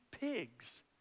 pigs